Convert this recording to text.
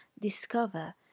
Discover